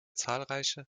zahlreiche